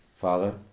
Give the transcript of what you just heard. Father